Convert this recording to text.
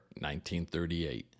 1938